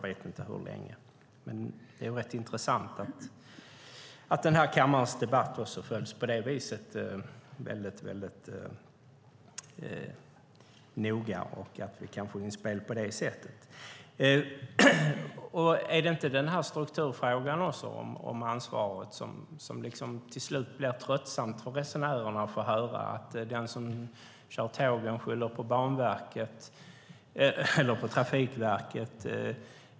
Men det är rätt intressant att den här debatten i kammaren också följs noga på det viset och att vi kan få inspel på det sättet. Är det inte strukturfrågan om ansvaret som till slut blir tröttsam? Det blir tröttsamt för resenärerna att få höra att den som kör tågen skyller på Trafikverket.